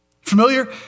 Familiar